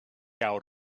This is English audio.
out